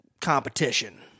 competition